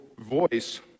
voice